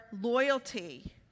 loyalty